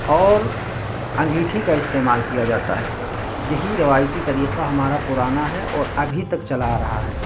اور انگیٹھی کا استعمال کیا جاتا ہے یہی روایتی طریقہ ہمارا پرانا ہے اور ابھی تک چلا آ رہا ہے